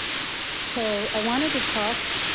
so i wanted to talk